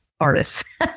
artists